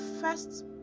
first